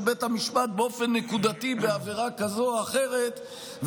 בית המשפט באופן נקודתי בעבירה כזו או אחרת,